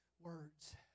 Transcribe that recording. words